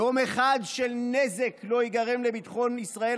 "יום אחד של נזק לא ייגרם לביטחון ישראל",